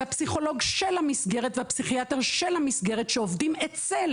הפסיכולוג והפסיכיאטר של המסגרת שעובדים אצל